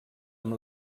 amb